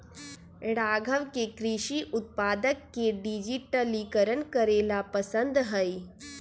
राघव के कृषि उत्पादक के डिजिटलीकरण करे ला पसंद हई